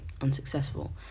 unsuccessful